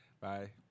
Bye